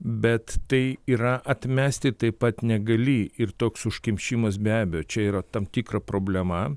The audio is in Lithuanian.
bet tai yra atmesti taip pat negali ir toks užkimšimas be abejo čia yra tam tikra problema